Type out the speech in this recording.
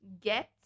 get